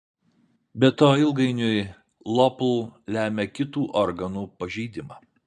be to ilgainiui lopl lemia kitų organų pažeidimą